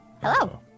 Hello